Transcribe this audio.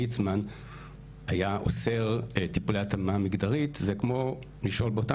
יעקב ליצמן היה אוסר טיפולי התאמה מגדרית.." זה כמו לשאול באותה